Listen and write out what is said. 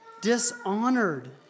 dishonored